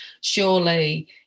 Surely